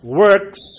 works